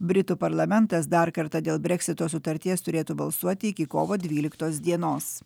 britų parlamentas dar kartą dėl breksito sutarties turėtų balsuoti iki kovo dvyliktos dienos